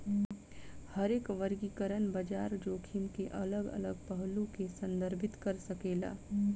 हरेक वर्गीकरण बाजार जोखिम के अलग अलग पहलू के संदर्भित कर सकेला